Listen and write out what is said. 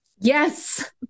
Yes